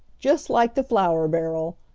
just like the flour barrel!